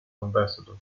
ambassador